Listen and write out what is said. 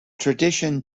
tradition